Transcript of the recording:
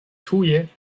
tuje